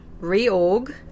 reorg